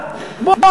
בואו,